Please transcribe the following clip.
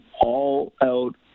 all-out